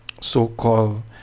so-called